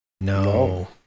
No